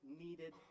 needed